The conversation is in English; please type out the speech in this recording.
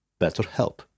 BetterHelp